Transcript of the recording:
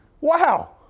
Wow